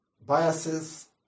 biases